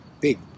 big